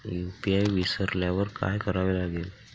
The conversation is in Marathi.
यू.पी.आय विसरल्यावर काय करावे लागेल?